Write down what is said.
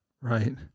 Right